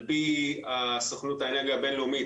על פי סוכנות האנרגיה הבין-לאומית,